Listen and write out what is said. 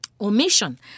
omission